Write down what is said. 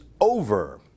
over